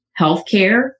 healthcare